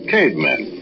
Cavemen